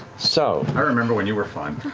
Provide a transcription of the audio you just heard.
so i remember when you were fun.